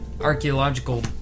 archaeological